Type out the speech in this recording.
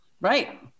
Right